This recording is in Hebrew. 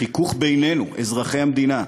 חיכוך בינינו, אזרחי המדינה.